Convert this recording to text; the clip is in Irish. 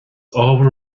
ábhar